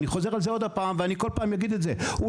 אני חוזר על זה עוד פעם ואני כול פעם אגיד את זה הוא